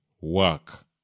work